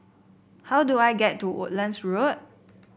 how do I get to Woodlands Road